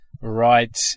Right